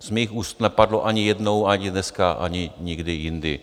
Z mých úst nepadlo ani jednou, ani dneska, ani nikdy jindy.